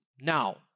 now